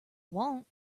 want